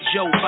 Joe